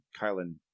Kylan